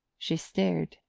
she stared,